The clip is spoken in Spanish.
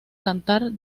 cantar